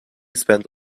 spent